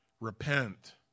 Repent